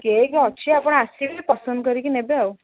cake ଅଛି ଆପଣ ଆସିବେ ପସନ୍ଦ କରିକି ନେବେ ଆଉ